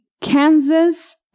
Kansas